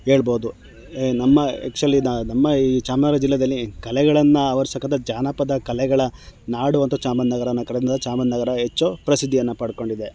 ಹೇಳ್ಬೋದು ನಮ್ಮ ಆ್ಯಕ್ಚುಲಿ ನಮ್ಮ ಈ ಚಾಮರಾಜನಗರ ಜಿಲ್ಲೆಯಲ್ಲಿ ಕಲೆಗಳನ್ನು ಆವರಿಸಿರ್ತಕ್ಕಂಥ ಜಾನಪದ ಕಲೆಗಳ ನಾಡು ಅಂತ ಚಾಮರಾಜನಗರ ಚಾಮರಾಜನಗರ ಹೆಚ್ಚು ಪ್ರಸಿದ್ಧಿಯನ್ನು ಪಡ್ಕೊಂಡಿದೆ